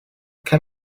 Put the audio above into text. can